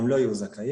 הם לא יהיו זכאים.